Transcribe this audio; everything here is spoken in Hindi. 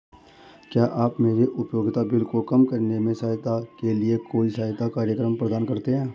क्या आप मेरे उपयोगिता बिल को कम करने में सहायता के लिए कोई सहायता कार्यक्रम प्रदान करते हैं?